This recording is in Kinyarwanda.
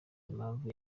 impamvu